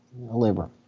labor